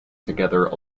together